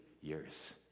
years